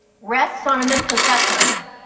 rests on a misconception of them.